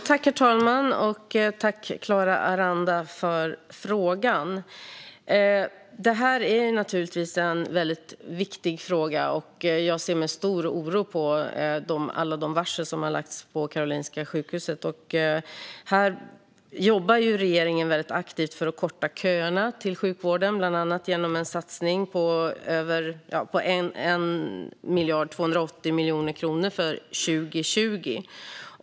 Herr talman! Jag tackar Clara Aranda för frågan. Det är naturligtvis en väldigt viktig fråga. Jag ser med stor oro på alla de varsel som lagts på Karolinska sjukhuset. Regeringen jobbar väldigt aktivt för att korta köerna till sjukvården, bland annat genom en satsning på 1 280 000 000 kronor för 2020.